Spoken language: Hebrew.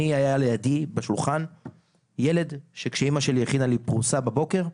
היה לידי בשולחן ילד שכשאימא שלי הכינה לי פרוסה בבוקר,